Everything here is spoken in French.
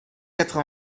quatre